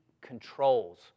controls